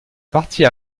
partie